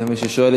למי ששואל,